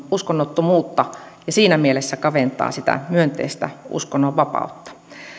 uskonnottomuutta ja siinä mielessä kaventaa sitä myönteistä uskonnon vapautta